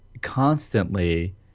constantly